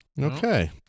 Okay